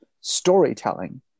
storytelling